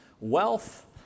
wealth